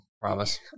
promise